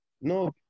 No